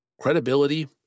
Credibility